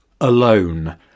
alone